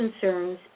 concerns